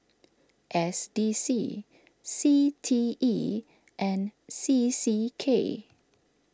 S D C C T E and C C K